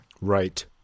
right